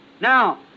Now